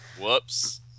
Whoops